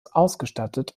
ausgestattet